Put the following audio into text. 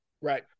Right